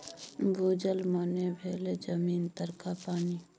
भूजल मने भेलै जमीन तरका पानि